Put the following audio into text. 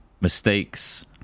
mistakes